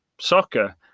soccer